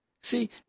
See